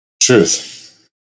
Truth